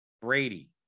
Brady